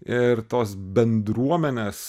ir tos bendruomenės